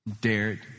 dared